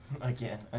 Again